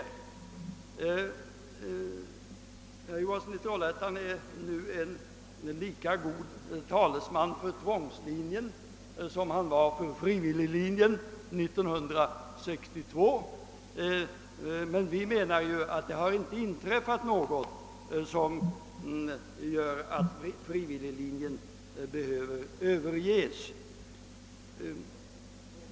| Herr Johansson i Trollhättan är nu en lika god talesman för tvångslinjen som han var för frivilliglinjen år 1962. Vi för vår del anser emellertid att det inte inträffat något som gör att frivilliglinjen behöver överges.